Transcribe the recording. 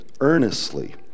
earnestly